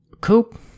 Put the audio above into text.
Coop